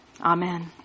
Amen